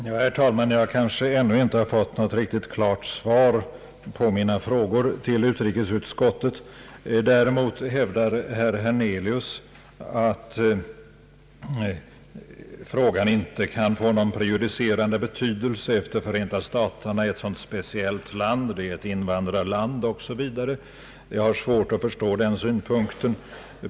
Herr talman! Jag tycker att jag ännu inte har fått något klart svar på mina frågor till utrikesutskottet. Herr Hernelius hävdade att ett beslut i frågan inte kan få någon prejudicerande betydelse, eftersom Förenta staterna är ett så speciellt land, ett invandrarland 0.s. Vv. Jag har svårt att förstå den synpunkten.